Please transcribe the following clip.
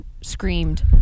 screamed